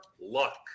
luck